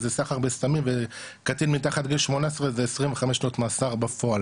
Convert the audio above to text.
זה סחר בסמים וקטין מתחת לגיל 18 זה 25 שנות מאסר בפועל